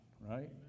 right